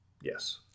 Yes